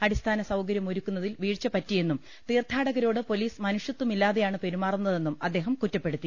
അടിസ്ഥാന സൌകര്യമൊരുക്കുന്നതിൽ വീഴ്ച പറ്റിയെന്നും തീർത്ഥാ ടകരോട് പൊലീസ് മനുഷ്യതമില്ലാതെയാണ് പെരുമാറുന്നതെന്നും അദ്ദേഹം കുറ്റപ്പെടുത്തി